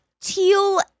Teal